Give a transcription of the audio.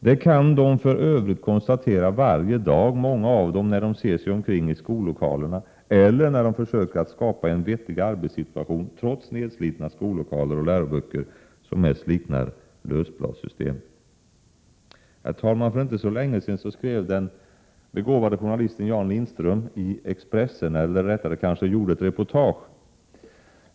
Det kan de för övrigt konstatera varje dag, många av dem, när de ser sig omkring i skollokalerna ellér när de försöker att skapa en vettig arbetssituation trots nedslitna skollokaler och läroböcker som mest liknar lösbladssystem. Herr talman! För inte så länge sedan gjorde den begåvade journalisten Jan Lindström ett reportage i Expressen.